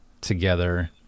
together